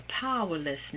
powerlessness